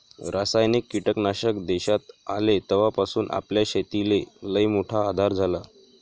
रासायनिक कीटकनाशक देशात आले तवापासून आपल्या शेतीले लईमोठा आधार झाला